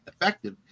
effective